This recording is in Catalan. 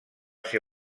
ser